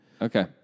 Okay